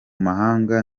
mahanga